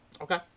okay